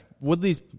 Woodley's